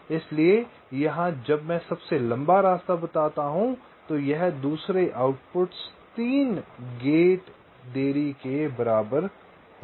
इसलिए यहां जब मैं सबसे लंबा रास्ता बताता हूं तो यह दूसरे आउटपुट 3 गेट्स देरी के बराबर होगा